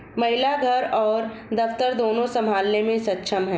महिला घर और दफ्तर दोनो संभालने में सक्षम हैं